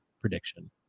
prediction